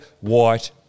white